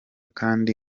kandi